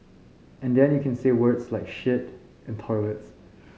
and then you can say words like shit and toilets